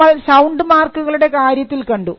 നമ്മൾ സൌണ്ട് മാർക്കുകളുടെ കാര്യത്തിൽ കണ്ടു